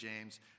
James